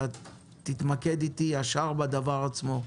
תתמקד איתי ישר בדבר עצמו.